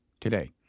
today